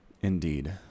Indeed